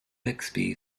bixby